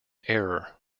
error